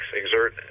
exert